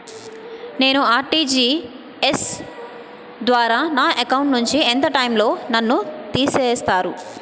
నేను ఆ.ర్టి.జి.ఎస్ ద్వారా నా అకౌంట్ నుంచి ఎంత టైం లో నన్ను తిసేస్తారు?